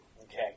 Okay